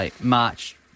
March